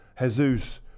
Jesus